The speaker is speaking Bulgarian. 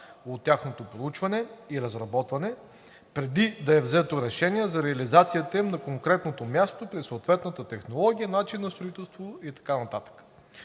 от тяхното проучване и разработване, преди да е взето решение за реализацията им на конкретното място при съответната технология, начин на строителство и така